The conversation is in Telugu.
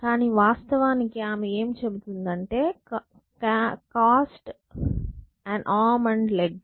కానీ వాస్తవానికి ఆమె ఏమి చుబుతుందంటే costs an arm and leg